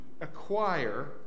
acquire